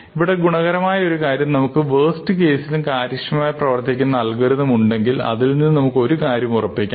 ഇവിടെ ഗുണകരമായ ഒരു കാര്യം നമുക്ക് വേസ്റ്റ് കേസിലും കാര്യക്ഷമമായി പ്രവർത്തിക്കുന്ന അൽഗോരിതം ഉണ്ടെങ്കിൽ അതിൽനിന്ന് നമുക്ക് ഒരു കാര്യം ഉറപ്പിക്കാം